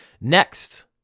Next